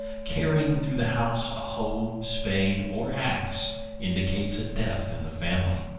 carrying through the house a hoe, spade, or axe indicates a death in the family.